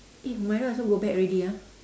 eh humaira also go back already ah